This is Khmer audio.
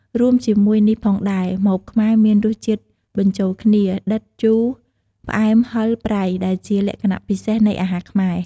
រួមជាមួយនេះផងដែរ ម្ហូបខ្មែរមានរសជាតិបញ្ចូលគ្នា ដិត ជូរ ផ្អែម ហឹរ ប្រៃ ដែលជាលក្ខណៈពិសេសនៃអាហារខ្មែរ។